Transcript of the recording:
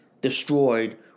destroyed